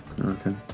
Okay